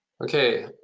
Okay